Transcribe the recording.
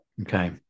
Okay